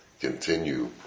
continue